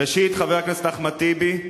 ראשית, חבר הכנסת אחמד טיבי,